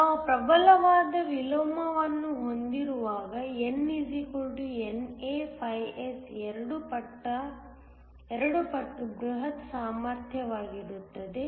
ನಾವು ಪ್ರಬಲವಾದ ವಿಲೋಮವನ್ನು ಹೊಂದಿರುವಾಗ N NA S ಎರಡು ಪಟ್ಟು ಬೃಹತ್ ಸಾಮರ್ಥ್ಯವಾಗಿರುತ್ತದೆ